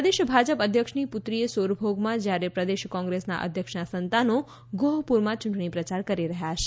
પ્રદેશ ભાજપ અધ્યક્ષની પુત્રીએ સોરભોગમાં જ્યારે પ્રદેશ કોંગ્રેસના અધ્યક્ષના સંતાનો ગોહપુરમાં ચૂંટણી પ્રચાર કરી રહ્યા છે